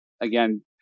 again